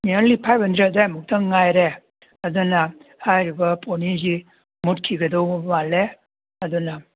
nearly five hundred ꯑꯗꯥꯏꯃꯨꯛꯇꯪ ꯉꯥꯏꯔꯦ ꯑꯗꯨꯅ ꯍꯥꯏꯔꯤꯕ ꯄꯣꯅꯤꯁꯤ ꯃꯨꯠꯈꯤꯒꯗꯧꯕ ꯃꯥꯜꯂꯦ ꯑꯗꯨꯅ